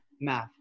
Math